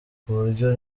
kuburyo